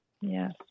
yes